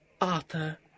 Arthur